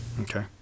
Okay